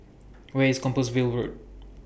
Where IS Compassvale Road